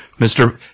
Mr